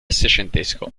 seicentesco